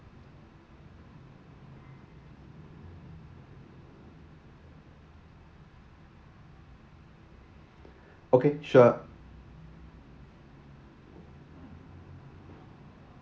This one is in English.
okay sure